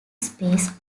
space